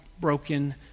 broken